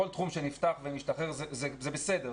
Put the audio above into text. כל תחום שנפתח ומשתחרר, זה בסדר.